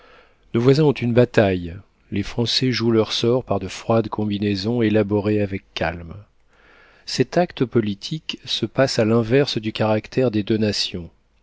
nos voisins ont une bataille les français jouent leur sort par de froides combinaisons élaborées avec calme cet acte politique se passe à l'inverse du caractère des